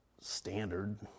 standard